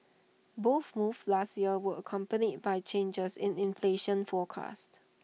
both moves last year were accompanied by changes in inflation forecast